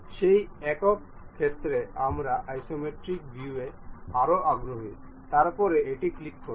সেই একক ক্ষেত্রেও আমরা আইসোমেট্রিক ভিউতে আরও আগ্রহী তারপরে এটি ক্লিক করুন